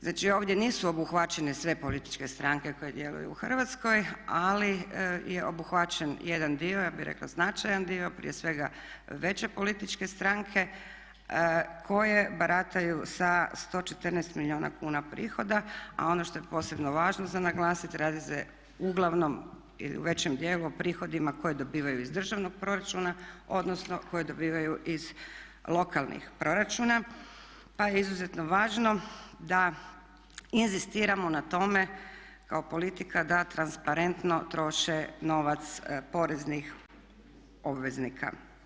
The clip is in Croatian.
Znači ovdje nisu obuhvaćene sve političke stranke koje djeluju u Hrvatskoj ali je obuhvaćen jedan dio, ja bih rekla značajan dio prije svega veće političke stranke koje barataju sa 114 milijuna kuna prihoda, a ono što je posebno važno za naglasiti radi se uglavnom ili u većem dijelu o prihodima koje dobivaju iz državnog proračuna, odnosno koje dobivaju iz lokalnih proračuna, pa je izuzetno važno da inzistiramo na tome kao politika da transparentno troše novac poreznih obveznika.